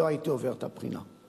לא הייתי עובר את הבחינה.